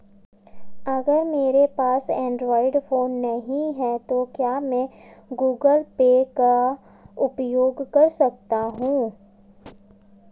अगर मेरे पास एंड्रॉइड फोन नहीं है तो क्या मैं गूगल पे का उपयोग कर सकता हूं?